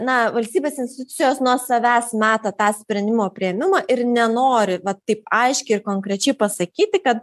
na valstybės institucijos nuo savęs mato tą sprendimo priėmimą ir nenori va taip aiškiai ir konkrečiai pasakyti kad